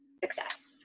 success